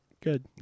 Good